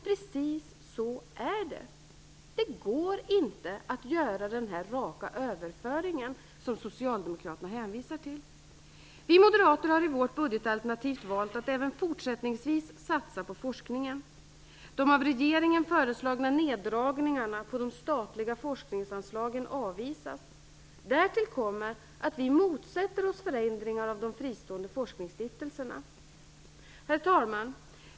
Precis så är det. Det går inte att göra den raka överföring som socialdemokraterna hänvisar till. Vi moderater har i vårt valt att budgetalternativ att även fortsättningsvis satsa på forskningen. De av regeringen föreslagna neddragningarna på de statliga forskningsanslagen avvisas. Därtill kommer att vi motsätter oss förändringar av de fristående forskningsstiftelserna. Herr talman!